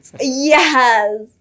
Yes